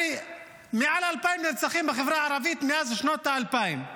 הרי יש מעל 2,000 נרצחים בחברה הערבית מאז שנות האלפיים.